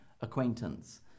Acquaintance